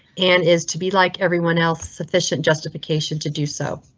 anne is to be like everyone else, sufficient justification to do so.